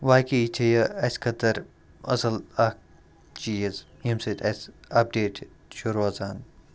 واقے چھِ یہِ اَسہِ خٲطر اَصٕل اَکھ چیٖز ییٚمہِ سۭتۍ اَسہِ اَپڈیٹ چھُ روزان